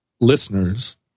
listeners